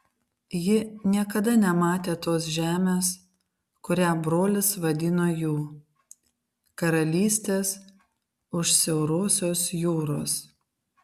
ji niekada nematė tos žemės kurią brolis vadino jų karalystės už siaurosios jūros